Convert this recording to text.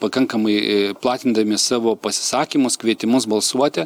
pakankamai platindami savo pasisakymus kvietimus balsuoti